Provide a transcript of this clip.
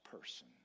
person